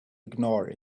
ignore